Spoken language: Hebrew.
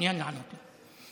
מעוניין לענות לו.